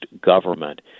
government